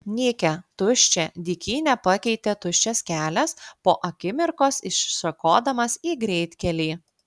nykią tuščią dykynę pakeitė tuščias kelias po akimirkos išsišakodamas į greitkelį